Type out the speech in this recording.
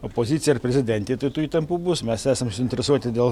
opozicija ar prezidentė tai tų įtampų bus mes esam suinteresuoti dėl